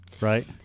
right